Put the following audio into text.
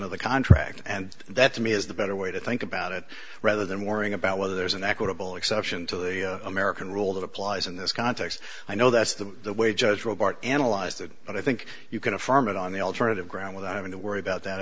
of the contract and that to me is the better way to think about it rather than worrying about whether there's an equitable exception to the american rule that applies in this context i know that's the way judge robert analyzed it but i think you can affirm it on the alternative ground without having to worry about that